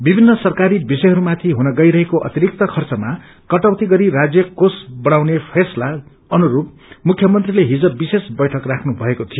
विभिन्न सरकारी विष्यहरूमाथि हुन गइरहेको अतिरिक्त खर्चमा कटौती गरी राजय कोष बढ़ाउने फैसलला अनुसूप मुख्यमंत्रीले हिज विशेष बैठक राख्नुभएको थियो